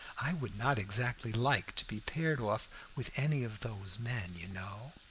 i would not exactly like to be paired off with any of those men, you know.